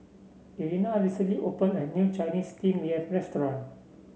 Irena recently opened a new Chinese Steamed Yam restaurant